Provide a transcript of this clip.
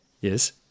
Yes